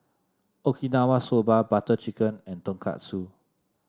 Okinawa Soba Butter Chicken and Tonkatsu